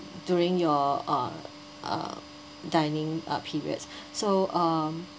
during your uh uh dining uh period so um